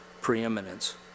preeminence